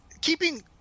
keeping